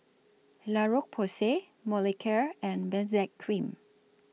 La Roche Porsay Molicare and Benzac Cream